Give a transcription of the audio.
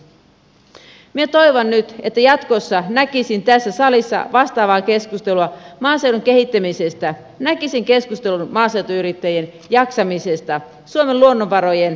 minä toivon nyt että jatkossa näkisin tässä salissa vastaavaa keskustelua maaseudun kehittämisestä näkisin keskustelun maaseutuyrittäjien jaksamisesta suomen luonnonvarojen kestävästä käytöstä